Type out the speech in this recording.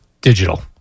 Digital